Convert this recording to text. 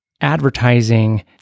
advertising